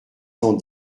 cent